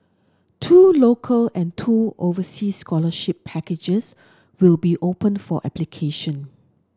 two local and two overseas scholarship packages